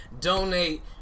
Donate